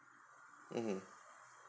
mmhmm